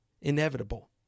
inevitable